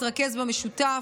להתרכז במשותף,